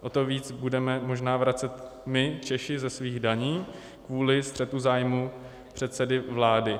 O to víc budeme možná vracet my, Češi, ze svých daní kvůli střetu zájmu předsedy vlády.